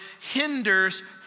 hinders